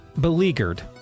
beleaguered